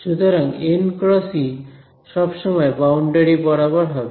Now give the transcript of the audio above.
সুতরাং n × E সব সময় বাউন্ডারি বরাবর হবে